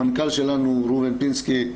המנכ"ל שלנו ראובן פינסקי,